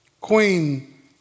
Queen